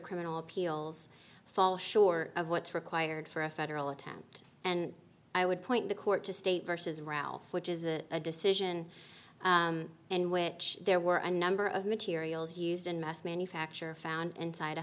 criminal appeals fall short of what's required for a federal attempt and i would point the court to state versus ralph which isn't a decision and which there were a number of materials used in mass manufacture found inside a